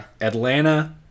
Atlanta